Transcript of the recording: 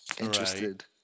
interested